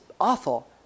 awful